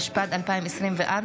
התשפ"ד 2024,